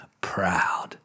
proud